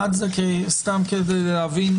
סתם כדי להבין,